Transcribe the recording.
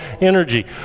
energy